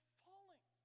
falling